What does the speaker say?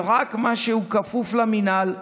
ורק במה שהוא כפוף למינהל,